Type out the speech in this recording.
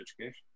education